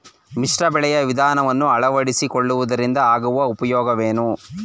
ಮಿಶ್ರ ಬೆಳೆಯ ವಿಧಾನವನ್ನು ಆಳವಡಿಸಿಕೊಳ್ಳುವುದರಿಂದ ಆಗುವ ಉಪಯೋಗವೇನು?